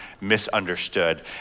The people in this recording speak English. misunderstood